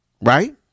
Right